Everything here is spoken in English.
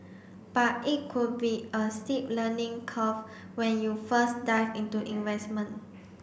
but it could be a steep learning curve when you first dive into investment